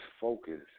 focus